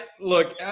look